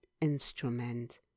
instrument